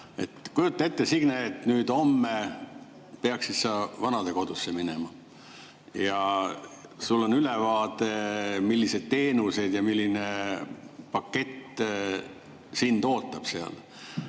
Kujuta ette, Signe, et homme peaksid sa vanadekodusse minema, ja sul on ülevaade, millised teenused ja milline pakett sind seal